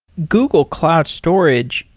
google cloud storage,